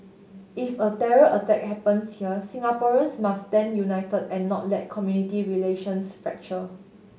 if a terror attack happens here Singaporeans must stand united and not let community relations fracture